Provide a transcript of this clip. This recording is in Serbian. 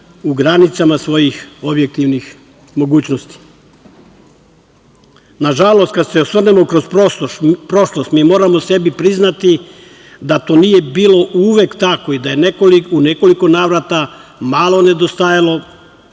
u granicama svojih objektivnih mogućnosti. Nažalost, kada se osvrnemo kroz prošlost mi moramo sebi priznati da to nije bilo uvek tako i da je u nekoliko navrata malo nedostajalo,